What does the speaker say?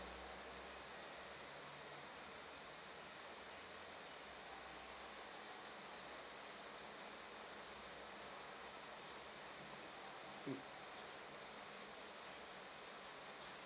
mm